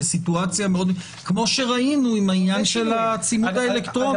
כמו שראינו עם העניין של הצימוד האלקטרוני.